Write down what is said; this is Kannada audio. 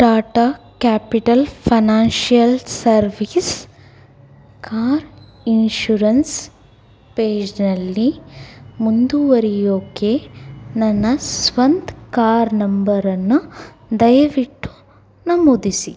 Tata capital financial service car insurance ಪೇಜ್ನಲ್ಲಿ ಮುಂದುವರಿಯೋಕೆ ನನ್ನ ಸ್ವಂತ ಕಾರ್ ನಂಬರನ್ನು ದಯವಿಟ್ಟು ನಮೂದಿಸಿ